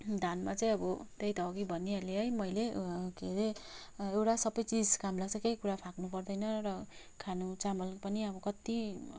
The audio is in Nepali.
धानमा चाहिँ अब त्यही त अघि भनिहालेँ है मैले के रे एउटा सबै चिज काम लाग्छ केही कुरा फ्याक्नु पर्दैन र खानु चामल पनि अब कति